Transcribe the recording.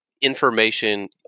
information